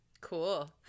Cool